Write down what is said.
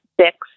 six